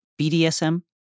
BDSM